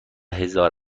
هزار